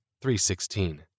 3.16